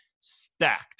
stacked